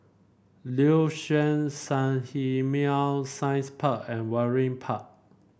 Liuxun Sanhemiao Science Park and Waringin Park